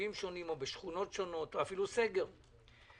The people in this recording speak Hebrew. בישובים שונים או בשכונות שונות או אפילו סגר מלא.